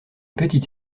petite